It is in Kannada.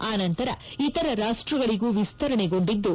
ಆನಂತರ ಇತರ ರಾಷ್ಸಗಳಗೂ ವಿಸ್ತರಣೆಗೊಂಡಿದ್ದು